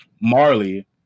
marley